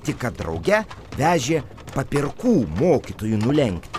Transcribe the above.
tik kad drauge vežė papirkų mokytojų nulenkti